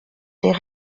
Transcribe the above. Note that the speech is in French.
des